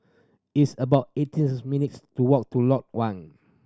it's about eighteen minutes' to walk to Lot One